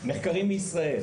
מחקרים בישראל,